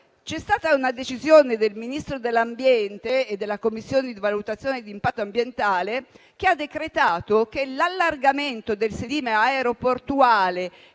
C'è stata una decisione del Ministro dell'ambiente e della Commissione di valutazione di impatto ambientale che ha decretato che l'allargamento del sedime aeroportuale,